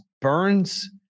burns